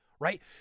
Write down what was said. Right